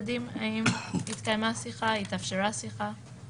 צריך לבקש מהשופט לעצור את הדיון,